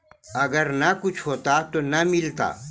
अगर न कुछ होता तो न मिलता?